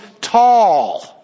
tall